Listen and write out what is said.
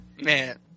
man